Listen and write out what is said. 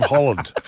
Holland